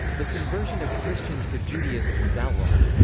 the conversion of christians to judaism was outlawed.